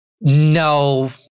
No